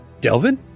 Delvin